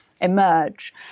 emerge